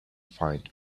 find